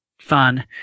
fun –